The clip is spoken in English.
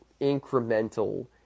incremental